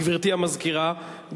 גברתי המזכירה,